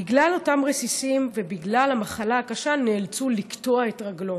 בגלל אותם רסיסים ובגלל המחלה הקשה נאלצו לקטוע את רגלו.